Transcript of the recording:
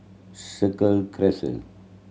Cycle Crescent